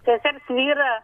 sesers vyrą